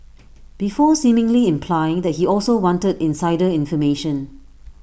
before seemingly implying that he also wanted insider information